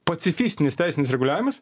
pacifistinis teisinis reguliavimas